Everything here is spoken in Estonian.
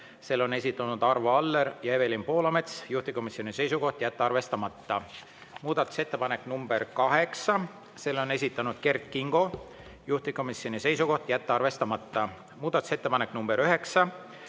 selle on esitanud Arvo Aller ja Evelin Poolamets, juhtivkomisjoni seisukoht: jätta arvestamata. Muudatusettepanek nr 8, selle on esitanud Kert Kingo, juhtivkomisjoni seisukoht: jätta arvestamata. Muudatusettepanek nr 9,